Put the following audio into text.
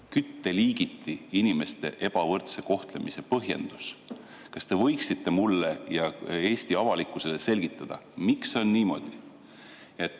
kütteliigiti inimeste ebavõrdse kohtlemise põhjendus? Kas te võiksite mulle ja Eesti avalikkusele selgitada, miks on niimoodi,